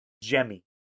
Jemmy